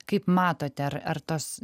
kaip matote ar ar tos